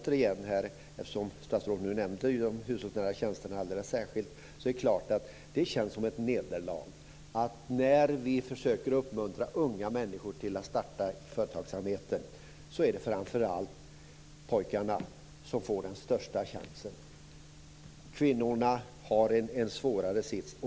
Eftersom statsrådet nämnde de hushållsnära tjänsterna alldeles särskilt kan jag säga att det är klart att det känns som ett nederlag att det är pojkarna som får den största chansen när vi försöker uppmuntra unga människor till att starta företagsamhet. Kvinnorna har en svårare sits.